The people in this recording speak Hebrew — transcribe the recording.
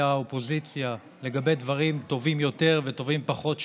האופוזיציה לגבי דברים טובים יותר וטובים פחות שנעשו,